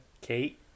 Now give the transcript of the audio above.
Kate